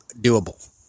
doable